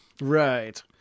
Right